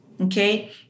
Okay